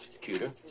Cuter